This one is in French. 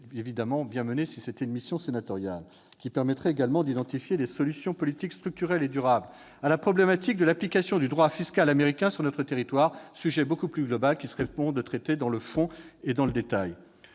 qui serait bien mené s'il était confié à une mission sénatoriale, afin d'identifier des solutions politiques structurelles et durables à la problématique de l'application du droit fiscal américain sur notre territoire, sujet beaucoup plus global qu'il serait bon de traiter au fond et dans le détail.